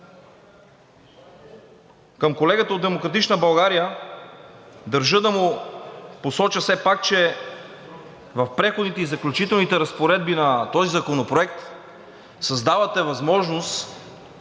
Към колегата от „Демократична България“. Държа да му посоча все пак, че в Преходните и заключителните разпоредби на този законопроект създавате възможност